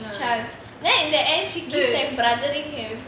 chance then in the end she keeps like brothering him